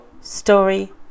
story